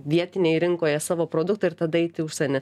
vietinėj rinkoje savo produktą ir tada eit į užsienį